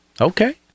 okay